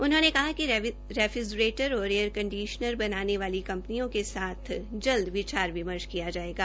उन्होंने कहा कि रेफ्रिजरेटर और एयर कंडीशनर बनाने वाली कपंनियों के सथ जल्दी ही विचार विमर्श किया जायेगा